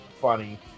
funny